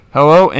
Hello